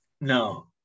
No